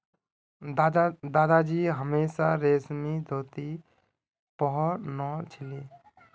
दादाजी हमेशा रेशमी धोती पह न छिले